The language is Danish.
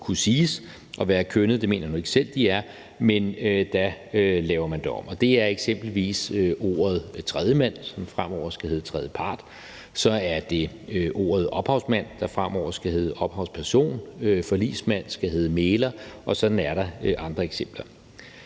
det mener jeg nu ikke selv de er – laver man det om. Og det er eksempelvis ordet tredjemand, som fremover skal hedde tredjepart. Så er det ordet ophavsmand, der fremover skal hedde ophavsperson. Forligsmand skal hedde mægler, og sådan er der andre eksempler.